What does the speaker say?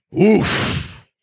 oof